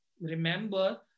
remember